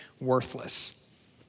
worthless